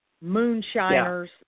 moonshiners